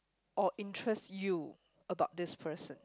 or interest you about this person